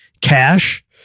cash